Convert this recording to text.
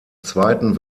zweiten